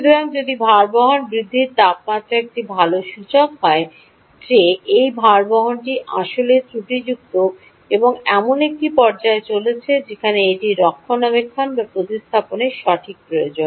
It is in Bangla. সুতরাং যদি ভারবহন বৃদ্ধির তাপমাত্রা একটি ভাল সূচক হয় যে এই ভারবহনটি আসলেই ত্রুটিযুক্ত বা এটি এমন একটি পর্যায়ে চলেছে যেখানে এটির রক্ষণাবেক্ষণ বা প্রতিস্থাপনের সঠিক প্রয়োজন